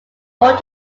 more